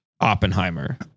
Oppenheimer